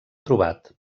trobat